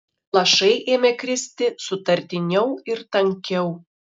lašai ėmė kristi sutartiniau ir tankiau